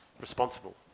responsible